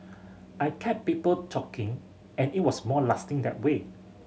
I kept people talking and it was more lasting that way